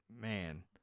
man